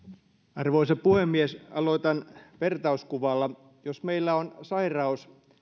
arvoisa puhemies aloitan vertauskuvalla jos meillä on sairaus